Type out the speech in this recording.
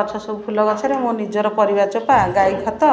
ଗଛ ସବୁ ଫୁଲ ଗଛରେ ମୁଁ ମୋ ନିଜର ପରିବା ଚୋପା ଗାଈ ଖତ